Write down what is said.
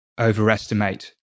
overestimate